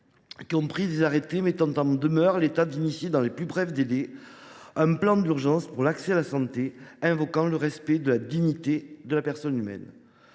qui ont pris des arrêtés mettant en demeure l’État de lancer dans les plus brefs délais un plan d’urgence pour l’accès à la santé, invoquant le respect de la dignité de la personne humaine.